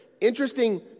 interesting